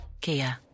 Kia